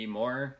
more